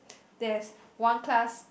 there's one class